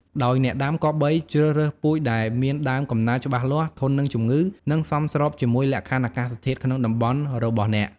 ដោយអ្នកដាំគប្បីជ្រើសរើសពូជដែលមានដើមកំណើតច្បាស់លាស់ ធន់នឹងជំងឺ និងសមស្របជាមួយលក្ខខណ្ឌអាកាសធាតុក្នុងតំបន់របស់អ្នក។